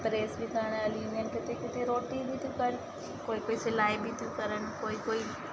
press बि करण हली ईंदियूं आहिनि किथे किथे रोटी बि थी कनि कोई कोई सिलाई बि थियूं कनि कोई कोई